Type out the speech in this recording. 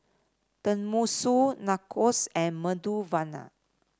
Tenmusu Nachos and Medu Vada